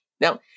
Now